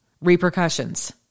repercussions